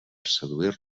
seduir